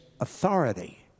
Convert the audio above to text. authority